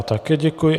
Také děkuji.